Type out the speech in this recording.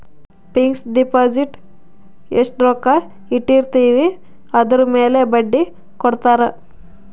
fix deposit ಎಸ್ಟ ರೊಕ್ಕ ಇಟ್ಟಿರ್ತಿವಿ ಅದುರ್ ಮೇಲೆ ಬಡ್ಡಿ ಕೊಡತಾರ